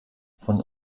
von